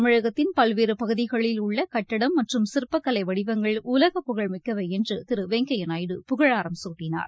தமிழகத்தின் பல்வேறு பகுதிகளில் உள்ள கட்டிடம் மற்றும் சிற்பக் கலை வடிவங்கள் உலக புகழ்மிக்கவை என்று திரு வெங்கையா நாயுடு புகழாரம் சூட்டினார்